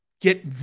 get